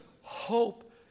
hope